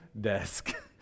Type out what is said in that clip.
desk